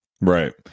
Right